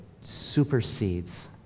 supersedes